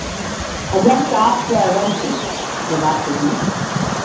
जब का आपको एडर होए जब आप कहिए